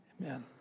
Amen